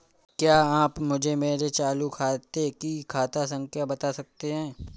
क्या आप मुझे मेरे चालू खाते की खाता संख्या बता सकते हैं?